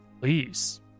Please